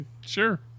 Sure